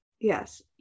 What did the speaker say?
Yes